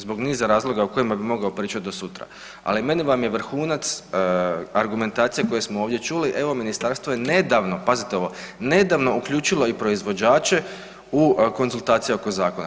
Zbog niza razloga o kojima bih mogao pričati do sutra, ali meni vam je vrhunac argumentacije koju smo ovdje čuli, evo, ministarstvo je nedavno, pazite ovo, nedavno uključilo i proizvođače u konzultacije oko zakona.